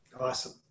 Awesome